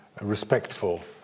respectful